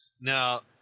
Now